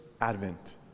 advent